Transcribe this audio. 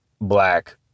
black